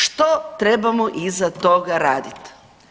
Što trebamo iza toga raditi?